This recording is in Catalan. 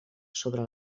sobre